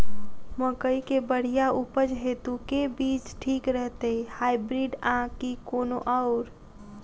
मकई केँ बढ़िया उपज हेतु केँ बीज ठीक रहतै, हाइब्रिड आ की कोनो आओर?